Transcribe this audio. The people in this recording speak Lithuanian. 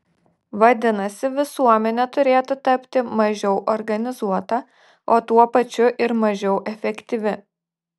vadinasi visuomenė turėtų tapti mažiau organizuota o tuo pačiu ir mažiau efektyvi